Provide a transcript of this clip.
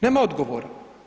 Nema odgovora.